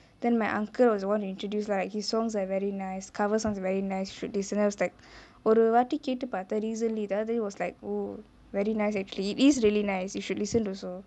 then my uncle was the [one] who introduced lah like his songs are very nice cover songs very nice should listen then I was like ஒரு வாட்டி கேட்டு பாத்தே:oru vaati kettu paathae recently the other day was like oh very nice actually is really nice you should listen also